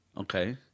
Okay